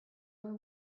were